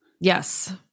Yes